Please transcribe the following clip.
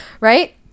right